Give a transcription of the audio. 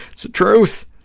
it's the truth.